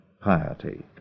piety